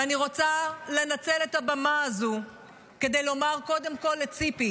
ואני רוצה לנצל את הבמה הזו כדי לומר קודם כול לציפי